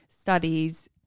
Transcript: studies